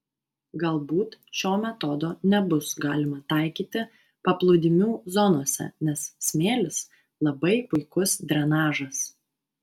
galbūt šio metodo nebus galima taikyti paplūdimių zonose nes smėlis labai puikus drenažas